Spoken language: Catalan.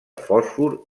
fòsfor